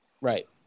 right